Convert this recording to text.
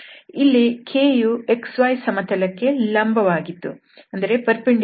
ಇಲ್ಲಿ k ಯು xy ಸಮತಲ ಕ್ಕೆ ಲಂಬ ವಾಗಿತ್ತು